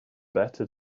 better